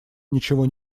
ничего